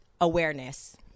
awareness